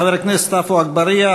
חבר הכנסת עפו אגבאריה,